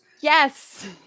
Yes